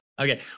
Okay